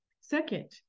second